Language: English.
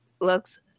looks